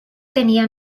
tenia